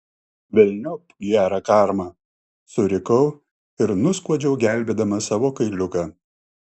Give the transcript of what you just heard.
velniop gerą karmą surikau ir nuskuodžiau gelbėdama savo kailiuką